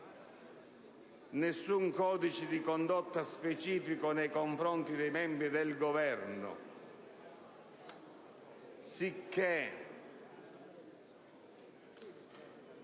nessun codice di condotta specifico nei confronti dei membri del Governo sicché